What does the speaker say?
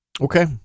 Okay